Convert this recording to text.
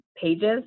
pages